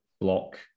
block